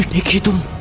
the key to